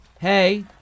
hey